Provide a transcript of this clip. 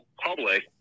public